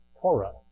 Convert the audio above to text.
Torah